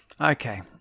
Okay